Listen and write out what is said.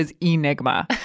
enigma